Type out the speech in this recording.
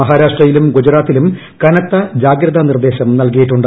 മഹാരാഷ്ട്രയിലും ഗുജറാത്തിലും കനത്ത ജാഗ്രതാ നിർദ്ദേശം നൽകിയിട്ടുണ്ട്